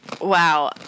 Wow